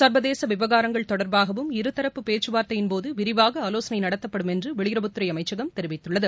சர்வதேச விவகாரங்கள் தொடர்பாகவும் இருதரப்பு பேச்சுவார்த்தையின் போது விரிவாக ஆலோசனை நடத்தப்படும் என்று வெளியுறவுத் துறை அமைச்சகம் தெரிவித்துள்ளது